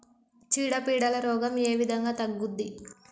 చీడ పీడల రోగం ఏ విధంగా తగ్గుద్ది?